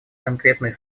конкретной